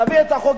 להביא את החוק,